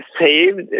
saved